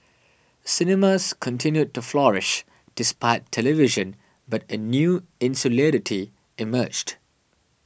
cinemas continued to flourish despite television but a new insularity emerged